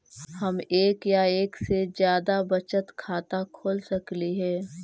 हम एक या एक से जादा बचत खाता खोल सकली हे?